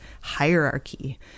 hierarchy